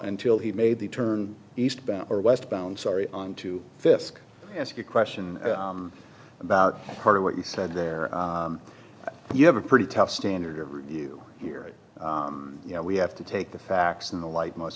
ntil he made the turn eastbound or westbound sorry on to fisk ask a question about part of what you said there you have a pretty tough standard of review here you know we have to take the facts in the light most